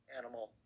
animal